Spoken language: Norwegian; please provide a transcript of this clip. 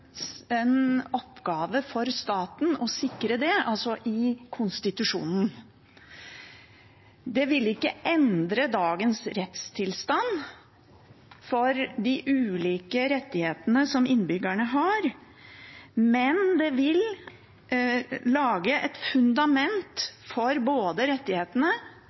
oppgave for staten å sikre det i konstitusjonen. Det vil ikke endre dagens rettstilstand for de ulike rettighetene som innbyggerne har, men det vil lage et fundament for å trygge rettighetene